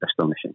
astonishing